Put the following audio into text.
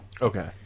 okay